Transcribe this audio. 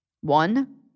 One